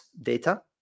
data